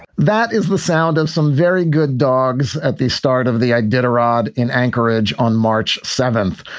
that is the sound of some very good dogs at the start of the i did a rod in anchorage on march seventh.